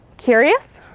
curious?